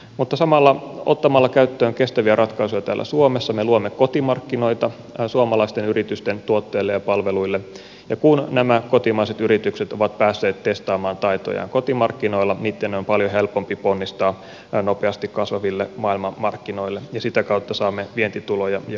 mutta samalla ottamalla käyttöön kestäviä ratkaisuja täällä suomessa me luomme kotimarkkinoita suomalaisten yritysten tuotteille ja palveluille ja kun nämä kotimaiset yritykset ovat päässeet testaamaan taitojaan kotimarkkinoilla niitten on paljon helpompi ponnistaa nopeasti kasvaville maailmanmarkkinoille ja sitä kautta saamme vientituloja ja uusia työpaikkoja